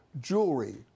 jewelry